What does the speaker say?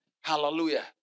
Hallelujah